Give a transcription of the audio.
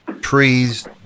trees